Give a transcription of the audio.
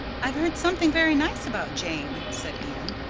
i've heard something very nice about jane, said anne.